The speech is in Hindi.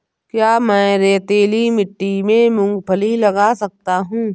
क्या मैं रेतीली मिट्टी में मूँगफली लगा सकता हूँ?